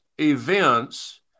events